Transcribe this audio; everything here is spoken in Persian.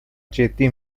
جدی